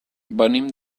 venim